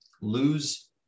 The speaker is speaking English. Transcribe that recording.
lose